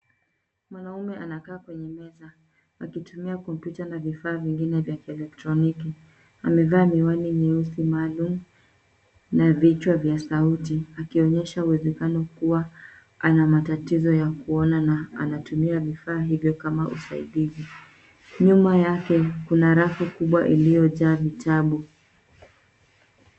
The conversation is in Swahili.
Mwanaume anakaa kwenye meza akitumia kompyuta na vifaa vingine vya electroniki. Amevaa miwani nyeusi maalum na vichwa vya sauti akionyesha uwezekano kuwa ana matatizo ya kuona na anatumia vifaa hivyo kama usaidizi. Nyuma yake kuna rafu kubwa iliyojaa vitabu.